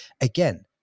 again